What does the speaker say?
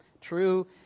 true